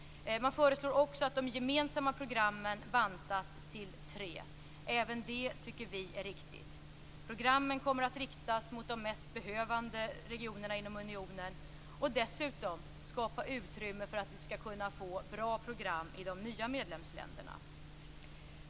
Man föreslår också att de gemensamma programmen bantas till tre. Även det tycker vi är riktigt. Programmen kommer att riktas mot de mest behövande regionerna inom unionen och kommer dessutom att skapa utrymme för att vi skall kunna få bra program i de nya medlemsländerna.